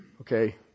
okay